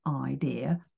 idea